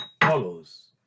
follows